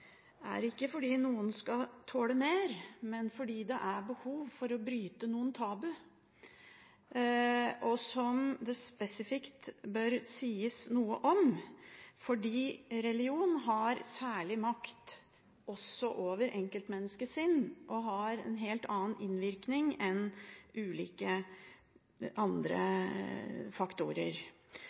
er ikke fordi noen skal tåle mer, men fordi det er behov for å bryte noen tabuer, som det spesifikt bør sies noe om. Det er fordi religion har særlig makt over enkeltmenneskets sinn, og fordi religion har en helt annen innvirkning enn ulike andre faktorer.